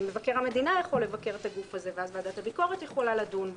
מבקר המדינה יכול לבקר את הגוף הזה ואז ועדת הביקורת יכולה לדון בו.